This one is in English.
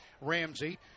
Ramsey